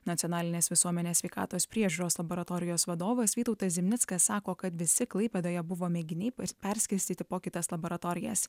nacionalinės visuomenės sveikatos priežiūros laboratorijos vadovas vytautas zimnickas sako kad visi klaipėdoje buvo mėginiai perskirstyti po kitas laboratorijas